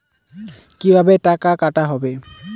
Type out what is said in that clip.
কিভাবে টাকা কাটা হবে?